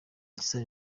issa